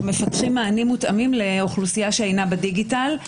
מפתחים מענים מותאמים לאוכלוסייה שאינה בדיגיטל.